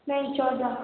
नहीं चौदह